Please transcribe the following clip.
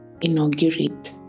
inaugurate